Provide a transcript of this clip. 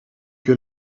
que